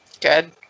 Good